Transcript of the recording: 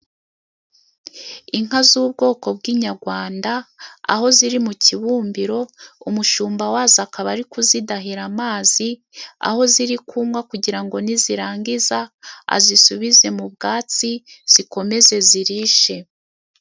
Inka z'ubwoko bw'inyarwanda aho ziri mu kibumbiro, umushumba wazo akaba ari kuzidahira amazi, aho ziri kunywa kugira ngo nizirangiza, azisubize mu bwatsi zikomeze zirishe.